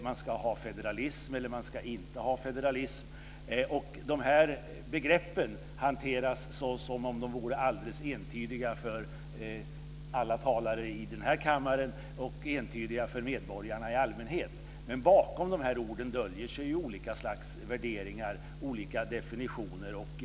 Man ska ha federalism eller inte ha federalism. Dessa begrepp hanteras såsom de vore alldeles entydiga för alla talare i denna kammare och för medborgare i allmänhet. Men bakom dessa ord döljer sig olika värderingar och olika definitioner.